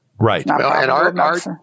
Right